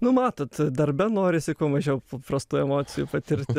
nu matot darbe norisi kuo mažiau prastų emocijų patirti